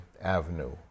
Avenue